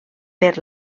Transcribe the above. per